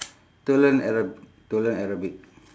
to learn arab~ to learn arabic